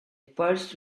first